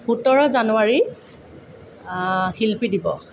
সোতৰ জানুৱাৰী শিল্পী দিৱস